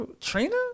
Trina